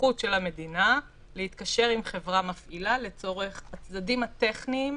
סמכות של המדינה להתקשר עם חברה מפעילה לצורך הצדדים הטכניים